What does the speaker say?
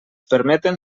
permeten